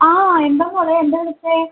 ആ എന്താണ് മോളെ എന്താണ് വിളിച്ചത്